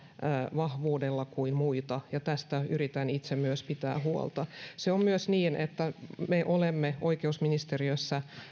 vahvuudella kuin muita tästä yritän itse myös pitää huolta on myös niin että me olemme oikeusministeriössä